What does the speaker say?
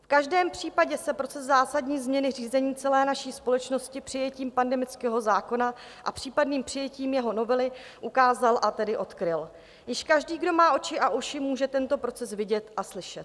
V každém případně se proces zásadní změny řízení celé naší společnosti přijetím pandemického zákona a případným přijetím jeho novely ukázal, a tedy odkryl, když každý, kdo má oči a uši, může tento proces vidět a slyšet.